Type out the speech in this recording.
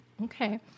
Okay